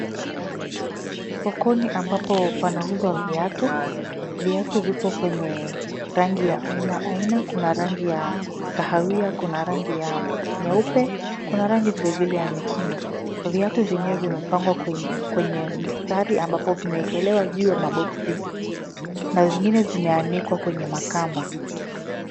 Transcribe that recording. Sokoni ambapo panauzwa viatu , viatu vipo kwenye rangi ya aina aina ,kuna rangi ya kahawia ,kuna rangi ya nyeupe, kuna rangi vilevile ya nyekundu. Viatu vyenyewe vimepangwa kwenye mstari ambapo vimewekelewa juu ya maboksi ,na zingine zimeanikwa kwenye makamba.